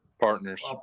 partners